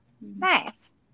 nice